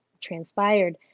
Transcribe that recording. transpired